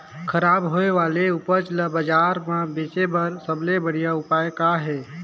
खराब होए वाले उपज ल बाजार म बेचे बर सबले बढ़िया उपाय का हे?